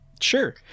Sure